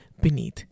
beneath